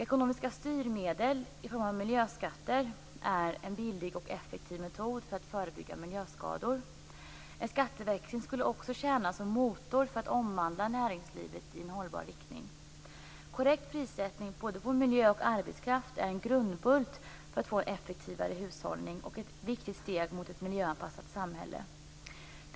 Ekonomiska styrmedel i form av miljöskatter är en billig och effektiv metod för att förebygga miljöskador. En skatteväxling skulle också tjäna som motor för att omvandla näringslivet i en hållbar riktning. Korrekt prissättning på både miljö och arbetskraft är en grundbult för att få en effektivare hushållning och är ett viktigt steg mot ett miljöanpassat samhälle.